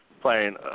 playing